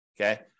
Okay